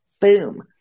boom